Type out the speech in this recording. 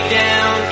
down